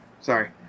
Sorry